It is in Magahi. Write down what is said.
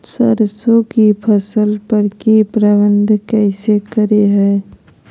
सरसों की फसल पर की प्रबंधन कैसे करें हैय?